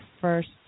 first